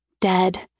dead